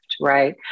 right